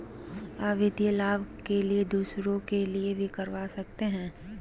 आ वित्तीय लाभ के लिए दूसरे के लिए भी करवा सकते हैं?